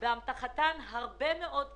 באמתחתן הרבה מאוד כסף,